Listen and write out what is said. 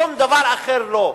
שום דבר אחר לא.